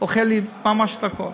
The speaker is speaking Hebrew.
אוכלת לי ממש את הכול.